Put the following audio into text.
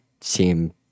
seem